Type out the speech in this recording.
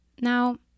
Now